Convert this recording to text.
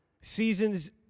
seasons